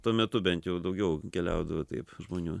tuo metu bent jau daugiau keliaudavo taip žmonių